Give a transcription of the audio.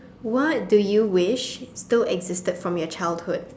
what do you wish still existed from your childhood